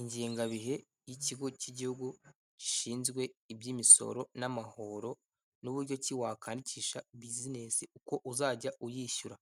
Ingengabihe y'ikigo cy'igihugu gishinzwe iby'imisoro n'amahoro, n'uburyo ki wakandikisha bizinesi, uko uzajya uyishyura.